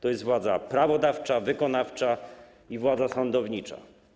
To jest władza prawodawcza, wykonawcza i władza sądownicza.